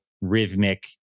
rhythmic